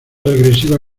regresiva